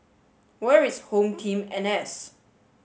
where is home team N S